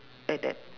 at that